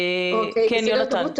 בסדר גמור.